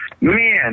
man